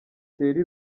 thierry